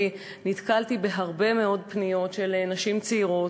בכנסת התשע-עשרה נתקלתי בהרבה מאוד פניות של נשים צעירות,